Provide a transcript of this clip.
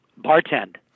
bartend